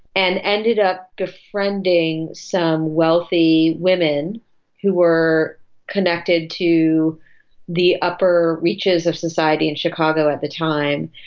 and ended up befriending some wealthy women who were connected to the upper reaches of society in chicago at the time.